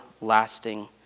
lasting